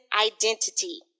identity